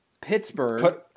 Pittsburgh